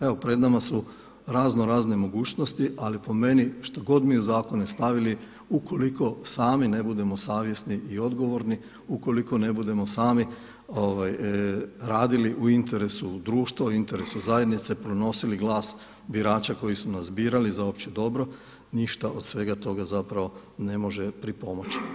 Evo pred nama su razno razne mogućnosti ali po meni što god mi u zakone stavili ukoliko sami ne budemo savjesni i odgovorni, ukoliko ne budemo sami radili u interesu društva, u interesu zajednice, pronosili glas birača koji su nas birali za opće dobro ništa od svega toga zapravo ne može pripomoći.